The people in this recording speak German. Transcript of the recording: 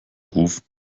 ruf